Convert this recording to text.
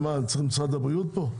צריך את משרד הבריאות פה?